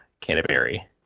Canterbury